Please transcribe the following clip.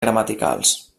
gramaticals